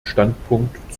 standpunkt